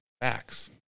Facts